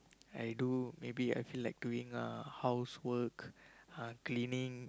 I do maybe I feel like doing uh housework uh cleaning